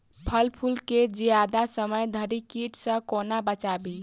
फल फुल केँ जियादा समय धरि कीट सऽ कोना बचाबी?